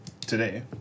today